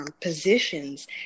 positions